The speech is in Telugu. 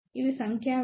ఇవి సంఖ్యా విలువలు